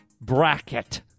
Bracket